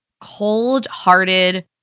cold-hearted